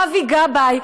ואבי גבאי,